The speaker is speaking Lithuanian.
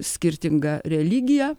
skirtingą religiją